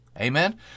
Amen